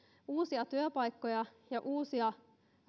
uusia työpaikkoja ja uusia